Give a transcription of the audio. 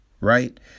right